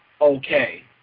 Okay